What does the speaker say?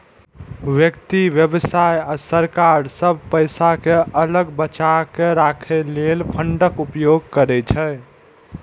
व्यक्ति, व्यवसाय आ सरकार सब पैसा कें अलग बचाके राखै लेल फंडक उपयोग करै छै